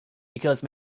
because